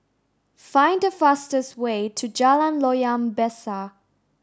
find the fastest way to Jalan Loyang Besar